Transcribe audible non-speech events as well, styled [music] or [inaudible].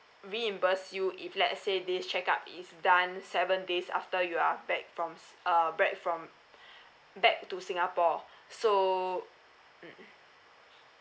reimburse you if let say this check up is done seven days after you are back from s~ uh back from [breath] back to singapore [breath] so mm